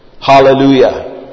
Hallelujah